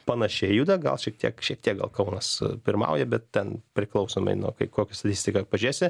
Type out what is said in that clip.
panašiai juda gal šiek tiek šiek tiek gal kaunas pirmauja bet ten priklausomai nuo kaip koks statistika pažiūrėsi